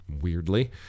Weirdly